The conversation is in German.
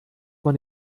man